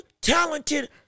talented